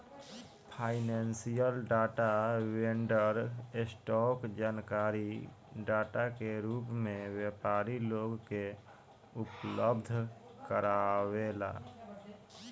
financial data vendor, stock जानकारी data के रूप में व्यापारी लोग के उपलब्ध कारावेला